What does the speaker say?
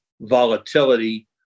volatility